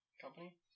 company